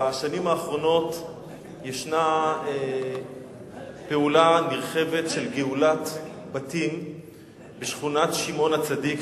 בשנים האחרונות ישנה פעולה נרחבת של גאולת בתים בשכונת שמעון הצדיק,